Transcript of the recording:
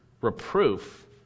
reproof